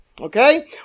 Okay